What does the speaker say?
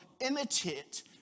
imitate